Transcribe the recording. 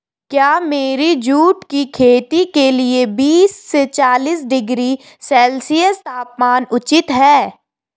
क्या मेरी जूट की खेती के लिए बीस से चालीस डिग्री सेल्सियस तापमान उचित है?